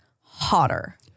hotter